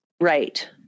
Right